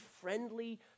friendly